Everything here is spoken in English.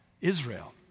Israel